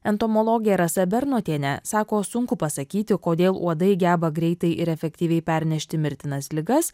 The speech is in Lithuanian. entomologė rasa bernotienė sako sunku pasakyti kodėl uodai geba greitai ir efektyviai pernešti mirtinas ligas